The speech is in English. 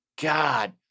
God